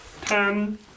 Ten